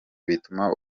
bituma